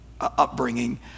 upbringing